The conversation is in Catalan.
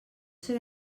serà